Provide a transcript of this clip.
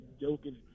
joking